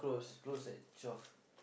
uh close at twelve